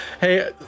Hey